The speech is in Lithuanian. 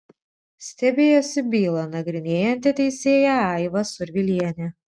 stebėjosi bylą nagrinėjanti teisėja aiva survilienė